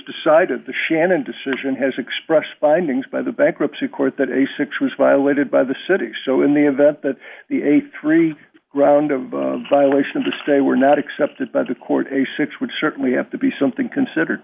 decided the shannon decision has expressed findings by the bankruptcy court that a six was violated by the city so in the event that the a three round of violations or stay were not accepted by the court a six would certainly have to be something considered